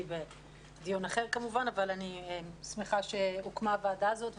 בדיון אחר אבל אני שמחה שהוקמה הוועדה הזאת.